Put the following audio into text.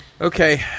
Okay